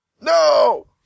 No